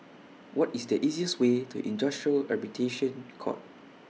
What IS The easiest Way to Industrial Court